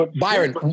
Byron